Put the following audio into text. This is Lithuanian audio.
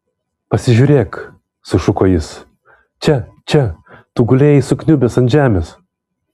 pasižiūrėk sušuko jis čia čia tu gulėjai sukniubęs ant žemės